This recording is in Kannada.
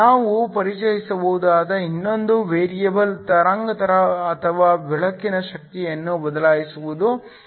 ನಾವು ಪರಿಚಯಿಸಬಹುದಾದ ಇನ್ನೊಂದು ವೇರಿಯೇಬಲ್ ತರಂಗಾಂತರ ಅಥವಾ ಬೆಳಕಿನ ಶಕ್ತಿಯನ್ನು ಬದಲಾಯಿಸುವುದು